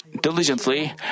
diligently